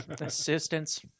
Assistance